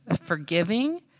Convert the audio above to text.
forgiving